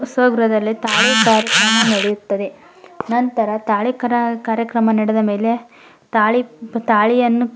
ಸ್ವಗೃಹದಲ್ಲೇ ತಾಳಿ ಕಾರ್ಯಕ್ರಮ ನಡೆಯುತ್ತದೆ ನಂತರ ತಾಳಿ ಕಾರ್ಯಕ್ರಮ ನಡೆದ ಮೇಲೆ ತಾಳಿ ತಾಳಿಯನ್ನು